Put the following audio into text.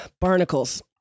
barnacles